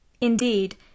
Indeed